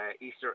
Easter